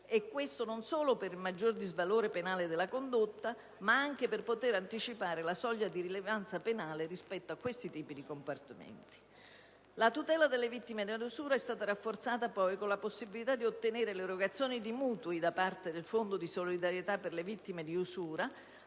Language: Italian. usurari; non solo per il maggior disvalore penale della condotta, ma anche per potere anticipare la soglia di rilevanza penale rispetto a tale tipo di comportamenti. La tutela delle vittime dell'usura è stata rafforzata con la possibilità di ottenere l'erogazione dei mutui da parte del Fondo di solidarietà per le vittime dell'usura